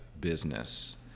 business